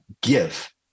give